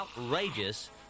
outrageous